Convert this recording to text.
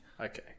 Okay